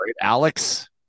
Alex